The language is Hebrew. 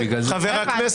רק הערה.